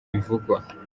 bivugwa